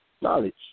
Knowledge